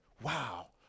Wow